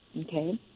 Okay